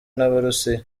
n’abarusiya